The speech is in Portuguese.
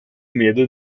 medo